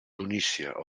tunísia